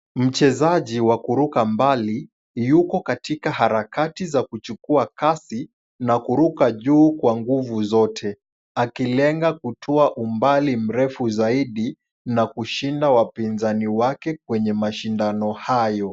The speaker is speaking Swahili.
Mchezaji wa kuruka mbali, yuko katika harakati za kuchukua kasi na kuruka juu kwa nguvu zote, akilenga kutua umbali mrefu zaidi na kushinda wapinzani wake kwenye mashindano hayo.